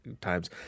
times